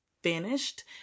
finished